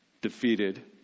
defeated